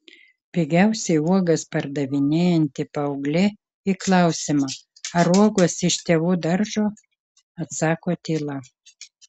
pigiausiai uogas pardavinėjanti paauglė į klausimą ar uogos iš tėvų daržo atsako tyla